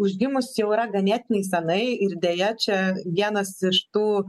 užgimus jau yra ganėtinai senai ir deja čia vienas iš tų